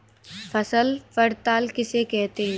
फसल पड़ताल किसे कहते हैं?